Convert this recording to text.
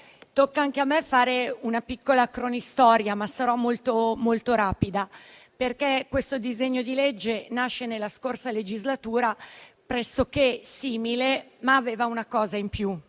tocca anche a me fare una piccola cronistoria, ma sarò molto rapida. Questo disegno di legge nasce nella scorsa legislatura: pressoché simile, ma aveva una cosa in più